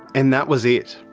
and that was it.